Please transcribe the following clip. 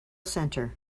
center